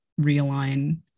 realign